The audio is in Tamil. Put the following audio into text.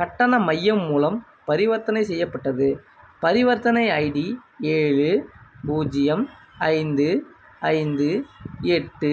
கட்டண மையம் மூலம் பரிவர்த்தனை செய்யப்பட்டது பரிவர்த்தனை ஐடி ஏழு பூஜ்ஜியம் ஐந்து ஐந்து எட்டு